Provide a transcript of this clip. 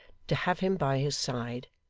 to have him by his side,